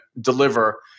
deliver